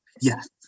Yes